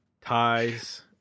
ties